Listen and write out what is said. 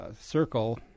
circle